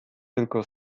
tylko